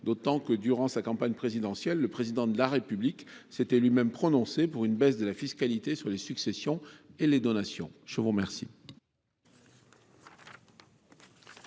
d’autant que, durant la dernière campagne présidentielle, le Président de la République s’était lui même prononcé pour une baisse de la fiscalité sur les successions et les donations. Les amendements